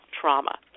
trauma